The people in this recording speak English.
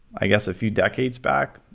i guess, a few decades back,